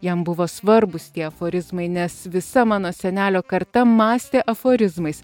jam buvo svarbūs tie aforizmai nes visa mano senelio karta mąstė aforizmais